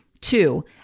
Two